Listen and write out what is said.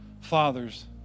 fathers